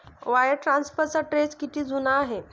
Wire ट्रान्सफरचा trend किती जुना आहे?